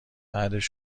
بعدش